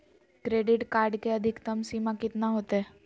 Credit card के अधिकतम सीमा कितना होते?